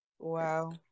Wow